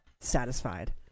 Satisfied